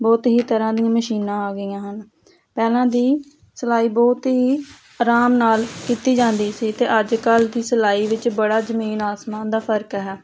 ਬਹੁਤ ਹੀ ਤਰ੍ਹਾਂ ਦੀਆਂ ਮਸ਼ੀਨਾਂ ਆ ਗਈਆਂ ਹਨ ਪਹਿਲਾਂ ਦੀ ਸਿਲਾਈ ਬਹੁਤ ਹੀ ਆਰਾਮ ਨਾਲ ਕੀਤੀ ਜਾਂਦੀ ਸੀ ਅਤੇ ਅੱਜ ਕੱਲ੍ਹ ਦੀ ਸਿਲਾਈ ਵਿੱਚ ਬੜਾ ਜ਼ਮੀਨ ਆਸਮਾਨ ਦਾ ਫ਼ਰਕ ਹੈ